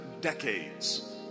decades